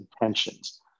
intentions